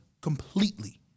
completely